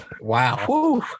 wow